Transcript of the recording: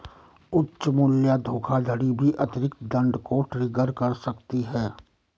उच्च मूल्य धोखाधड़ी भी अतिरिक्त दंड को ट्रिगर कर सकती है